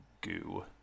goo